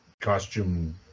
costume